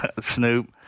Snoop